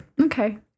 Okay